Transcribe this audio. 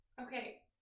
Okay